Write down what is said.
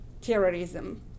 terrorism